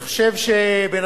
אני חושב שבן-אדם,